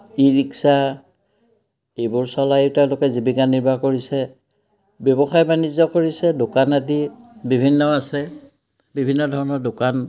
ই ৰিক্সা এইবোৰ চলায়ো তেওঁলোকে জীৱিকা নিৰ্বাহ কৰিছে ব্যৱসায় বাণিজ্য কৰিছে দোকান আদি বিভিন্ন আছে বিভিন্ন ধৰণৰ দোকান